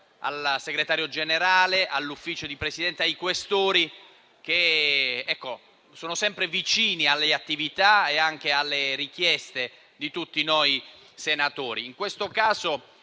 al Segretario generale, all'Ufficio di Presidenza e ai senatori Questori, che sono sempre vicini alle attività e alle richieste di tutti noi senatori.